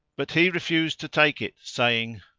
but he refused to take it saying,